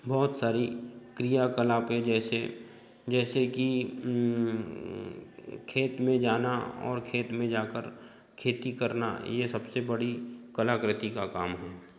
बहुत सारी क्रियाकलापें जैसे जैसे कि खेत में जाना और और खेत में जाकर खेती करना यह सबसे बड़ी कलाकृति का काम है